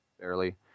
barely